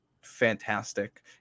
fantastic